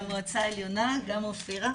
על המהירות כי אמרת לנו: בואו נחכה אחרי התקציב,